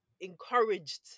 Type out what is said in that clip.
encouraged